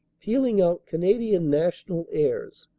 pealing out canadian national airs.